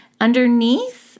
Underneath